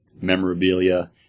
memorabilia